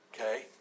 okay